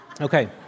Okay